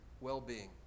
well-being